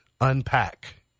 Unpack